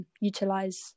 utilize